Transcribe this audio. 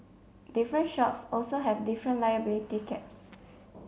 different shops also have different liability caps